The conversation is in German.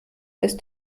ist